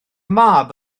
mab